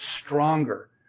stronger